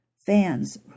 fans